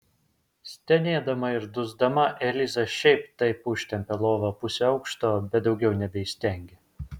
stenėdama ir dusdama eliza šiaip taip užtempė lovą pusę aukšto bet daugiau nebeįstengė